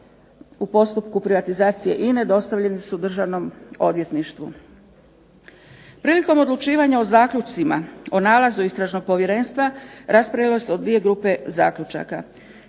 u postupku privatizacije INA-e dostavljeni su Državnom odvjetništvu. Prilikom odlučivanja o zaključcima, o nalazu Istražnog povjerenstva raspravilo se u dvije grupe zaključaka.